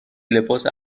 لباس